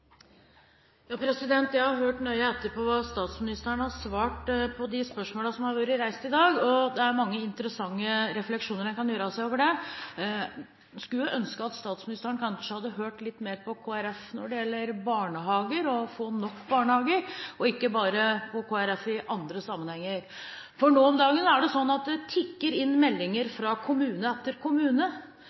Jeg har hørt nøye på hva statsministeren har svart på de spørsmålene som har vært reist i dag. Det er mange interessante refleksjoner en kan gjøre seg over det. Jeg skulle ønske at statsministeren kanskje hadde hørt litt mer på Kristelig Folkeparti når det gjelder å få nok barnehager, og ikke bare høre på Kristelig Folkeparti i andre sammenhenger, for nå om dagen tikker det inn meldinger fra kommune etter kommune